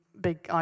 big